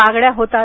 मागण्या होतात